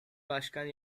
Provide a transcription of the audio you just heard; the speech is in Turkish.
başkan